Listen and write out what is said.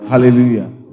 Hallelujah